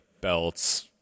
belts